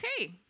Okay